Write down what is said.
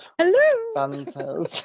hello